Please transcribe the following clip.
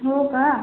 हो का